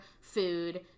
food